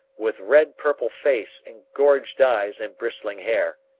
with red-purple face, engorged eyes, and bristling hair.